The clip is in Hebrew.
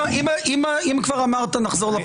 אם כבר אמרת, נחזור לפרוטוקולים.